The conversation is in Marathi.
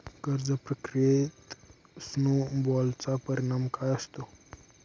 कर्ज प्रक्रियेत स्नो बॉलचा परिणाम काय असतो?